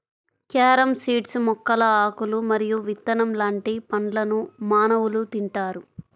carom seeds మొక్కల ఆకులు మరియు విత్తనం లాంటి పండ్లను మానవులు తింటారు